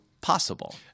possible